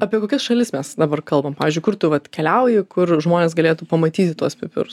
apie kokias šalis mes dabar kalbam pavyzdžiui kur tu vat keliauji kur žmonės galėtų pamatyti tuos pipirus